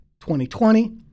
2020